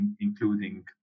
including